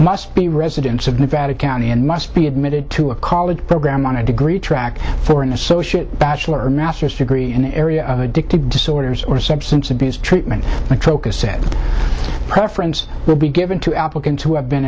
must be residents of nevada county and must be admitted to a college program on a degree track for an associate bachelor master's degree in an area of addicted disorders or substance abuse treatment coca said preference will be given to applicants who have been